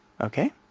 Okay